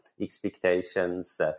expectations